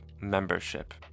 membership